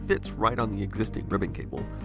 fits right on the existing ribbon cable.